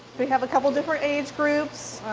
we have a couple different age groups